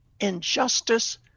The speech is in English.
injustice